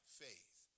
faith